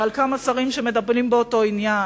ועל כמה שרים שמטפלים באותו עניין,